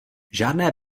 žádné